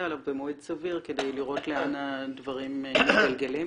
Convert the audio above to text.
עליו במועד סביר כדי לראות לאן הדברים מתגלגלים.